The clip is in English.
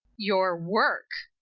your work!